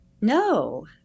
No